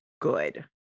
good